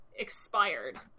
expired